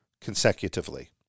consecutively